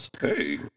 Hey